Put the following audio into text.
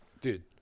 dude